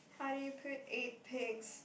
how do you put eight pigs